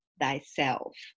thyself